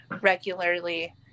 regularly